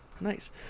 Nice